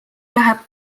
läheb